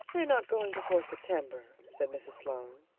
they're not going before september, said mrs. sloane.